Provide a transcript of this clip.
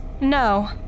No